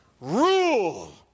rule